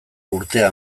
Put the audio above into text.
urtea